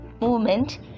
movement